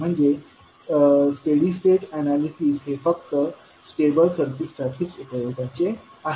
म्हणजे steady state analysis हे फक्त स्टेबल सर्किट्स साठीच उपयोगाचे आहे